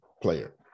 player